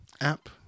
app